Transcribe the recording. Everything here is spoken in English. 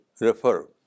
Refer